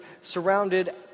surrounded